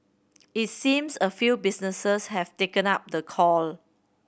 it seems a few businesses have taken up the call